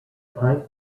pipe